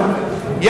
חבר הכנסת רותם.